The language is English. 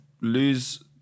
lose